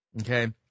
okay